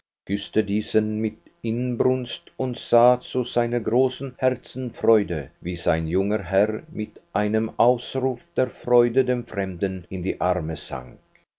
küßte diesen mit inbrunst und sah zu seiner großen herzensfreude wie sein junger herr mit einem ausruf der freude dem fremden in die arme sank